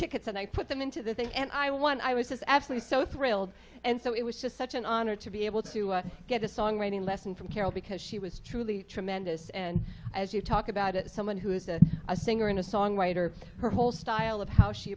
tickets and i put them into the thing and i won i was absolutely so thrilled and so it was just such an honor to be able to get a songwriting lesson from carol because she was truly tremendous and as you talk about it someone who is a singer and a songwriter her whole style of how she